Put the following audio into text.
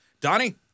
Donnie